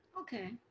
Okay